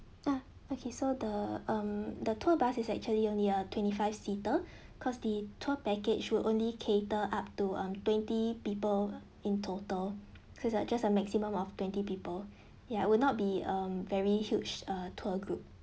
ya okay so the um the tour bus is actually only a twenty five seater cause the tour package will only cater up to um twenty people in total so uh just a maximum of twenty people ya will not be um very huge uh tour group